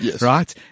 right